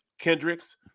Kendricks